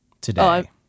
today